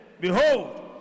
behold